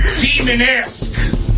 Demon-esque